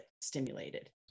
stimulated